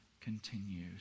continues